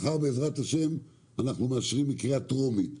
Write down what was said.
מחר, בעזרת-השם, אנחנו מאשרים בקריאה טרומית,